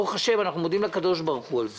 ברוך השם, אנחנו מודים לקדוש ברוך הוא על זה.